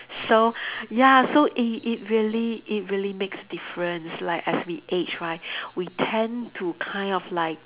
so ya so it it really it really makes difference like as we age right we tend to kind of like